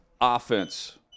offense